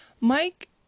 Mike